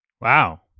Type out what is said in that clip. Wow